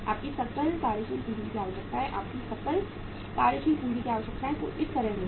आपकी सकल कार्यशील पूँजी आवश्यकताएँ आपकी सकल कार्यशील पूँजी आवश्यकताएँ कुछ इस तरह होंगी